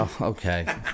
Okay